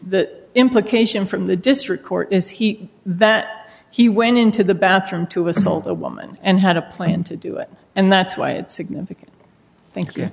the implication from the district court is he that he went into the bathroom to assault a woman and had a plan to do it and that's why it's significant thank